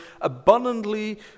abundantly